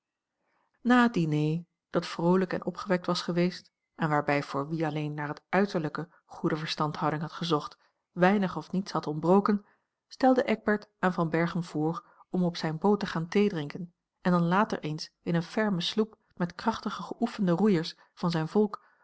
na het diner dat vroolijk en opgewekt was geweest en waarbij voor wie alleen naar het uiterlijke goede verstandhouding had gezocht weinig of niets had ontbroken stelde eckbert aan van berchem voor om op zijne boot te gaan theedrinken en dan later eens in eene ferme sloep met krachtige geoefende roeiers van zijn volk